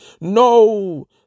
No